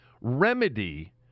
remedy